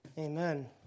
Amen